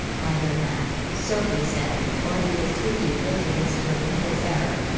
either that, sophie said, or he is too deep into this to admit his error.